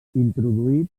introduït